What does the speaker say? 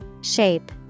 Shape